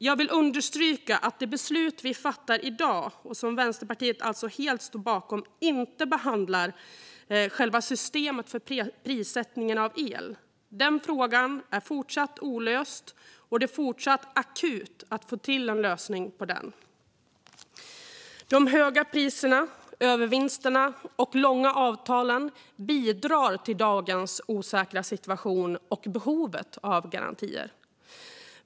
Jag vill understryka att det beslut vi fattar i dag, och som Vänsterpartiet alltså helt står bakom, inte behandlar själva systemet för prissättningen av el. Den frågan är fortsatt olöst, och det är fortsatt akut att få till en lösning på den. De höga priserna, övervinsterna och långa avtalen bidrar till dagens osäkra situation och behovet av garantier.